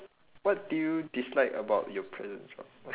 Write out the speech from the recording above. what did you dislike about your present job